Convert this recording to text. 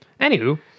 Anywho